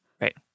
Right